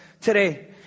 today